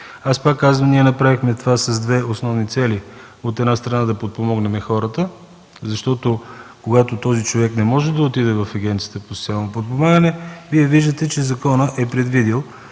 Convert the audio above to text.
Аз пак казвам: ние направихме това с две основни цели – от една страна, да подпомогнем и хората, защото когато този човек не може да отиде в Агенцията по социално подпомагане, Вие виждате, че законът е предвидил